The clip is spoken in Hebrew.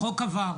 החוק עבר.